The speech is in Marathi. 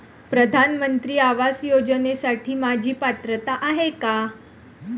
प्रधानमंत्री आवास योजनेसाठी माझी पात्रता आहे का?